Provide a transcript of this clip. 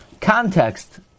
context